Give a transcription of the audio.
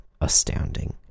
astounding